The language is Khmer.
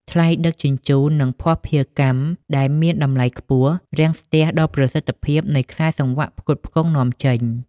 ថ្លៃដឹកជញ្ជូន និងភស្តុភារកម្ម ដែលមានតម្លៃខ្ពស់ រាំងស្ទះដល់ប្រសិទ្ធភាពនៃខ្សែសង្វាក់ផ្គត់ផ្គង់នាំចេញ។